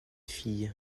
fille